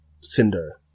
cinder